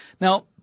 Now